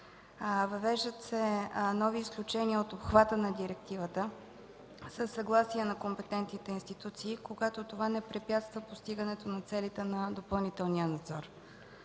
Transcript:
Въвеждат се нови изключения от обхвата на директивата със съгласие на компетентните институции, когато това не препятства постигането на целите на допълнителния надзор.